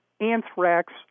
anthrax